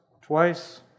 twice